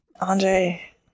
Andre